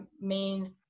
main